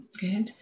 Good